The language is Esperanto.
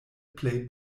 plej